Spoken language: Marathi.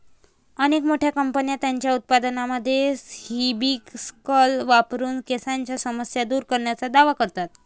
अनेक मोठ्या कंपन्या त्यांच्या उत्पादनांमध्ये हिबिस्कस वापरून केसांच्या समस्या दूर करण्याचा दावा करतात